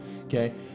okay